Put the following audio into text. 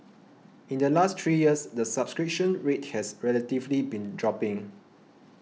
in the last three years the subscription rate has relatively been dropping